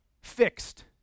fixed